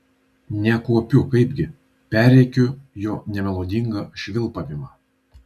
nekuopiu kaipgi perrėkiu jo nemelodingą švilpavimą